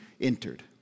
entered